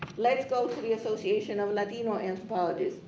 let's go to the association of latino anthropologists.